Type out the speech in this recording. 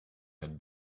had